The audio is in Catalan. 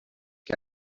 que